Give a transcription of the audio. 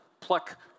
pluck